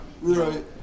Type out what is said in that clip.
Right